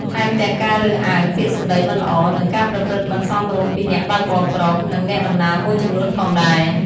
ថែមទាំងការរើសអើង ពាក្យសម្ដីមិនល្អ និងការប្រព្រឹត្តមិនសមរម្យពីអ្នកបើកបរប្រុស និងអ្នកដំណើរមួយចំនួនផងដែរ។